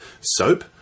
soap